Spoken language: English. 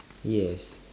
yes